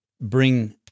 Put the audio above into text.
bring